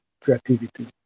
creativity